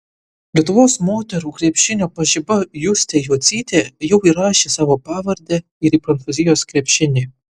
lietuvos moterų krepšinio pažiba justė jocytė jau įrašė savo pavardę ir į prancūzijos krepšinį